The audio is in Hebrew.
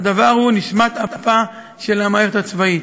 והדבר הוא נשמת אפה של המערכת הצבאית.